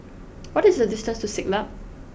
what is the distance to Siglap